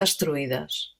destruïdes